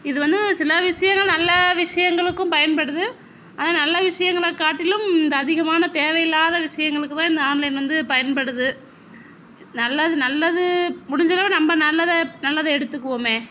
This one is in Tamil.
இது வந்து சில விஷயங்கள் நல்ல விஷயங்களுக்கும் பயன்படுது ஆனால் நல்ல விஷயங்களைக் காட்டிலும் இந்த அதிகமான தேவையில்லாத விஷயங்களுக்குதான் இந்த ஆன்லைன் வந்து பயன்படுது நல்லது நல்லது முடிஞ்சளவுக்கு நம்ப நல்லதை நல்லதை எடுத்துக்குவோமே